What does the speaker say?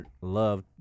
love